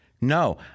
No